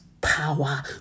power